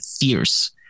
fierce